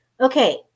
Okay